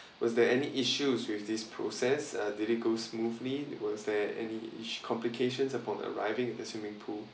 was there any issues with this process uh did it go smoothly was there any is~ complications upon arriving at the swimming pool